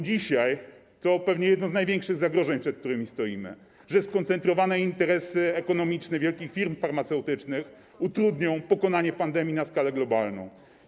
Dzisiaj to pewnie jedno z największych zagrożeń, przed którymi stoimy, że skoncentrowane interesy ekonomiczne wielkich firm farmaceutycznych utrudnią pokonanie pandemii na skalę globalną.